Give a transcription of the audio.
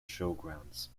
showgrounds